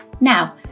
now